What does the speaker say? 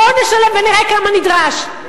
בואו נשלם ונראה כמה נדרש.